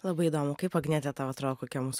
labai įdomu kaip agniete tau atrodo kokie mūsų